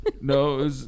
No